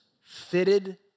fitted